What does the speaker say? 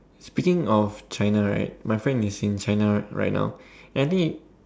speaking of China right my friend is in China right now and I think he